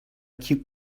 cute